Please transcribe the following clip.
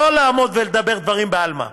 לא לעמוד ולדבר דברים בעלמא,